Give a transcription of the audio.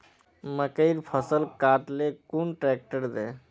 मकईर फसल काट ले कुन ट्रेक्टर दे?